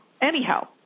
Anyhow